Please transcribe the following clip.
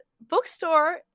bookstore